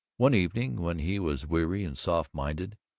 one evening when he was weary and soft-minded,